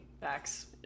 Facts